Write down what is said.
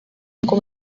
ngo